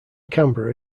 canberra